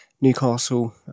Newcastle